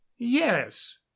yes